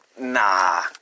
nah